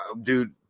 Dude